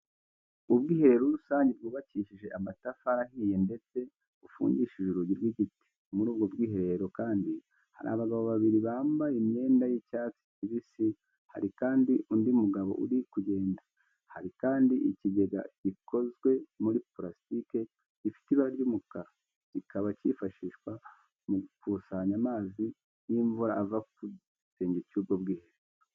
Ubwiherero rusange bwubakishije amatafari ahiye ndetse bufungishije urugi rw'ikigina. Muri ubwo bwiherero kandi hari abagabo babiri bambaye imyenda y'icyatsi kibisi, hari kandi undi mugabo uri kugenda. Hari kandi ikigega gikozwe muri purasitike, gifite ibara ry'umukara, kikaba cyifashishwa mu gukusanya amazi y'imvura ava ku gisenge cy'ubwo bwiherero.